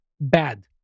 bad